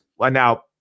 Now